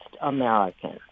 Americans